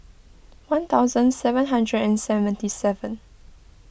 one thousand seven hundred and seventy seven